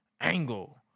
Angle